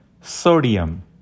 sodium